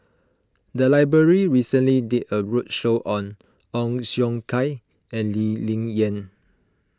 the library recently did a roadshow on Ong Siong Kai and Lee Ling Yen